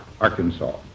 Arkansas